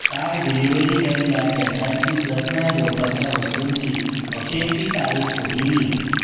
काल डिलिव्हरी केल्ल्या केंसांची जतनाय घेवपाच्या वस्तूंची अखेरची तारीख सोंपिल्ली